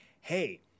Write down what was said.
Hey